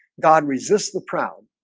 god resists the proud